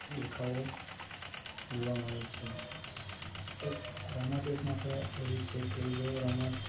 દેખાવો જોવા મળે છે એક રમત એક માત્ર એવી છે કે જેઓ રમત